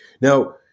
Now